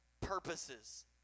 purposes